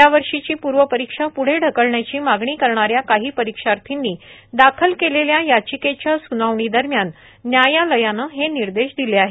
या वर्षीची प्र्वपरीक्षा प्ढे ढकलण्याची मागणी करणा या काही परिक्षार्थींनी दाखल केलेल्या याचिकेच्या स्नावणीदरम्यान न्यायलयानं हे निर्देश दिले आहेत